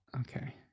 Okay